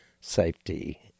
safety